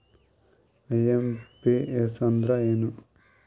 IMPS ಅಂದ್ರ ಏನು?